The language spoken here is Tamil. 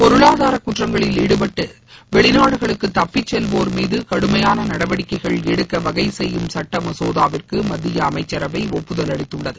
பொருளாதார குற்றங்களில் ஈடுபட்டு வெளிநாடுகளுக்கு தப்பிச்செல்வோா் மீது கடுமையான நடவடிக்கைகள் எடுக்க வகை செய்யும் சுட்ட மசோதாவிற்கு மத்திய அமைச்சரவை ஒப்புதல் அளித்துள்ளது